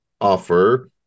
offer